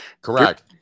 Correct